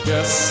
Yes